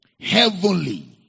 Heavenly